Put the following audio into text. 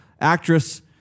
actress